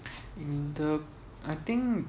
in the I think